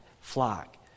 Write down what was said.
flock